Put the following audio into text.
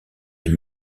les